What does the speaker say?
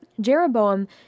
Jeroboam